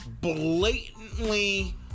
blatantly